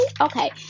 okay